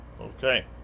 Okay